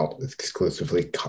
exclusively